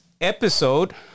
episode